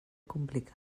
complicat